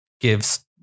gives